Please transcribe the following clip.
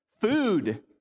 Food